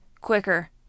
quicker